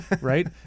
Right